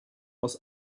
aus